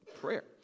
prayer